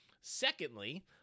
Secondly